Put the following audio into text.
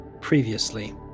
previously